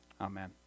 Amen